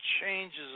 changes